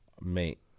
mate